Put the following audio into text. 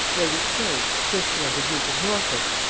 lady scrope, sister of the duke of norfolk,